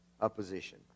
opposition